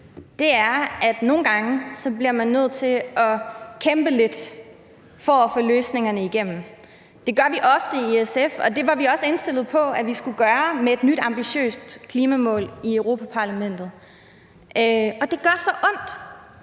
at man nogle gange bliver nødt til at kæmpe lidt for at få løsningerne igennem; det gør vi ofte i SF, og det var vi også indstillet på at vi skulle gøre med et nyt ambitiøst klimamål i Europa-Parlamentet. Og det gør så ondt